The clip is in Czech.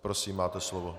Prosím, máte slovo.